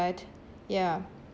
ya